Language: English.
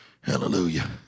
Hallelujah